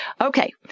Okay